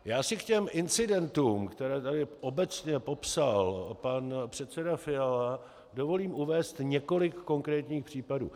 Já si k těm incidentům, které tady obecně popsal pan předseda Fiala, dovolím uvést několik konkrétních případů.